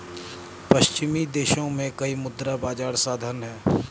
पश्चिमी देशों में कई मुद्रा बाजार साधन हैं